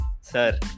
sir